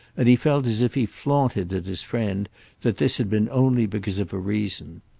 and he felt as if he flaunted at his friend that this had been only because of a reason.